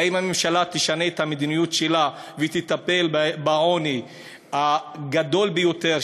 האם הממשלה תשנה את המדיניות שלה ותטפל בעוני הגדול ביותר,